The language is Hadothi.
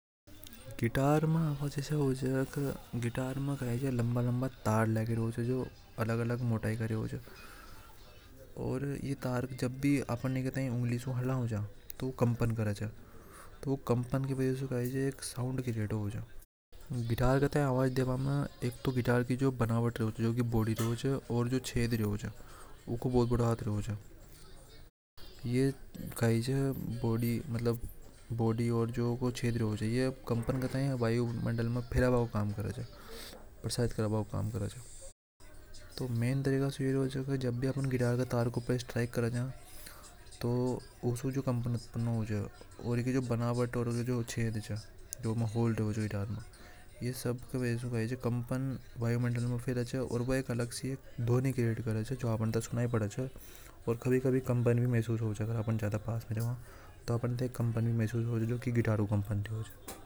﻿गिटार में के होवे की गिटार में कैसे लंबा-लंबा तार लगे जो अलग-अलग मोटाई का होवे जब अपन गिटार हाथ से बाजवा तो वो कंपन करेजा तो कंपन की वजह से एक साउंड क्रिएट हो जावे। एक तो गिटार की जो बनावट होती है जो बॉडी और जो छेद रेवे वे मेन रेवे और यह दिखाइए बॉडी मतलब बॉडी और जो को छेद हो रही है अब कंपन करते हैं या वायुमंडल में फिर अब काम करे तो मेन तरीका जब भी अपन गिटार का तार को प्रेस स्ट्राइक कर जा तो उसको जो कंपन हो जाए। यह कंपन वायुमंडल में और वह एक अलग से धोनी क्रिएट करें और कभी-कभी कंपन भी कंपन मैसेज की तरह लगे जो अपन ए वायुमंडल सुनाई देवे।